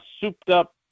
souped-up